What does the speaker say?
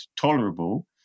tolerable